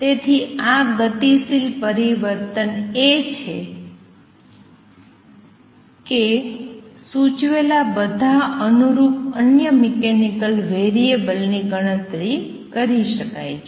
તેથી આ ગતિશીલ પરિવર્તન એ છે કે સૂચવેલા બધા અનુરૂપ અન્ય મિકેનિકલ વેરિએબલ ની ગણતરી કરી શકાય છે